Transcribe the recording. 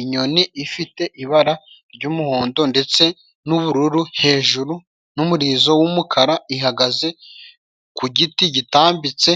Inyoni ifite ibara ry'umuhondo ndetse n'ubururu hejuru n'umurizo w'umukara, ihagaze kugiti gitambitse